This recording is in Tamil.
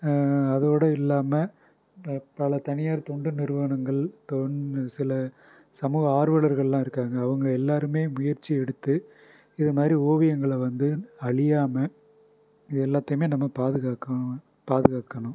அதோடய இல்லாமல் பல தனியார் தொண்டு நிறுவனங்கள் தொன்டு சில சமூக ஆர்வளர்கள்லாம் இருக்காங்க அவங்க எல்லோருமே முயற்சி எடுத்து இது மாதிரி ஓவியங்களை வந்து அழியாமல் இதை எல்லாத்தையுமே நம்ம பாதுகாக்கணுன்னு பாதுகாக்கணும்